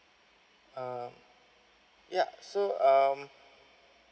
uh yeah so um